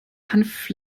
hanf